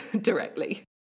directly